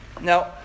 Now